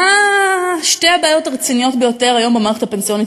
מה הן שתי הבעיות הרציניות ביותר היום במערכת הפנסיונית,